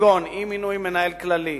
כגון אי-מינוי מנהל כללי,